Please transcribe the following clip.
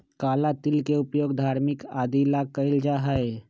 काला तिल के उपयोग धार्मिक आदि ला कइल जाहई